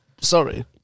sorry